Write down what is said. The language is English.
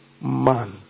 man